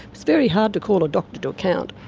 it's very hard to call a doctor to account.